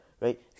right